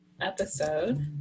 episode